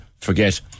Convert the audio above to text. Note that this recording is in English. forget